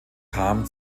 kam